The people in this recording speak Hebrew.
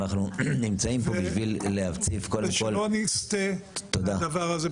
אנחנו נמצאים פה בשביל להציב קודם כל --- כדי שלא נסטה מהדבר הזה.